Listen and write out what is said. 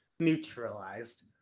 neutralized